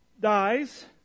dies